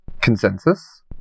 consensus